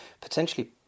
potentially